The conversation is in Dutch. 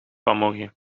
vanmorgen